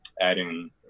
adding